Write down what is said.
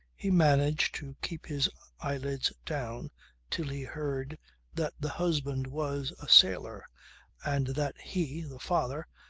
he managed to keep his eyelids down till he heard that the husband was a sailor and that he, the father,